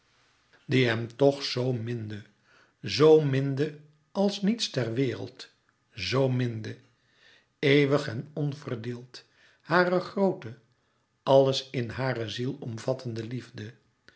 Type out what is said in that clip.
die hem toch zo minde zoo minde als niets ter wereld zoo minde eeuwig en onverdeeld hare groote àlles in hare zielomvattende liefde